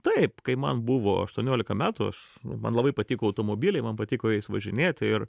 taip kai man buvo aštuoniolika metų aš man labai patiko automobiliai man patiko jais važinėti ir